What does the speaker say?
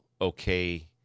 okay